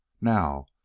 Now